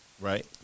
right